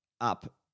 up